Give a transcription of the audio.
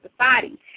society